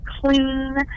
clean